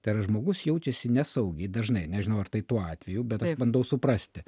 tai yra žmogus jaučiasi nesaugiai dažnai nežinau ar tai tuo atveju bet aš bandau suprasti